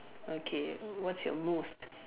okay what's your most